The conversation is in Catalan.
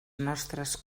nostres